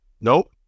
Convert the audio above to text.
Nope